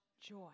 joy